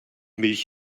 milch